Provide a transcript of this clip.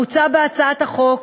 מוצעות בהצעת החוק